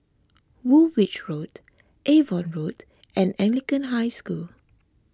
Woolwich Road Avon Road and Anglican High School